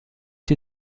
die